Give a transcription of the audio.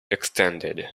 extended